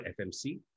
FMC